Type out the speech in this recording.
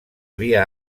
havia